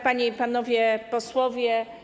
Panie i Panowie Posłowie!